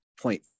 point